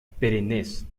perennes